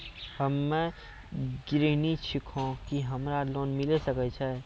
हम्मे गृहिणी छिकौं, की हमरा लोन मिले सकय छै?